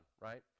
right